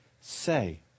say